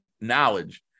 knowledge